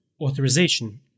authorization